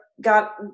Got